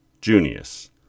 Junius